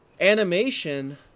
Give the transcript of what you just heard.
Animation